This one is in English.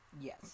Yes